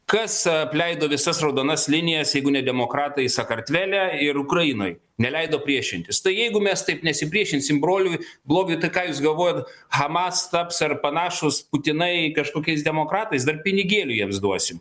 kas apleido visas raudonas linijas jeigu ne demokratai sakartvele ir ukrainoj neleido priešintis tai jeigu mes taip nesipriešinsim broliui blogiui tai ką jūs galvojat hamas taps ar panašūs putinai kažkokiais demokratais dar pinigėlių jiems duosim